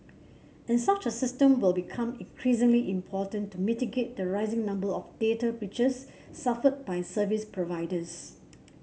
and such a system will become increasingly important to mitigate the rising number of data breaches suffered by service providers